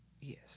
Yes